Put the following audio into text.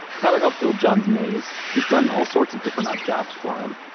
tyler helped build john's maze. he's done all sorts of different odd jobs for him.